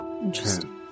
Interesting